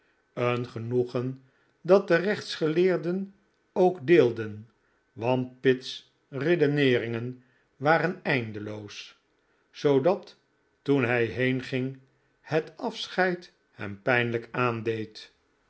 een genoegen dat de rechtsgeleerden ook deelden want pitt's redeneeringen waren eindeloos zoodat toen hij heenging het afscheid hem pijnlijk aandeed